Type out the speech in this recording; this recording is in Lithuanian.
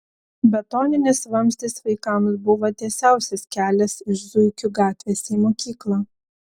betoninis vamzdis vaikams buvo tiesiausias kelias iš zuikių gatvės į mokyklą